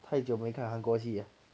太久没有看韩国戏 liao